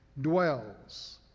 dwells